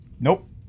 Nope